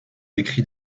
écrit